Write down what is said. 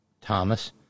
Thomas